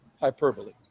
hyperbole